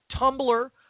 Tumblr